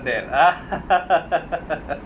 that